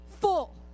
full